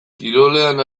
kirolean